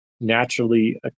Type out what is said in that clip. naturally